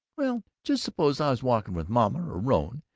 well, just suppose i was walking with mama or rone,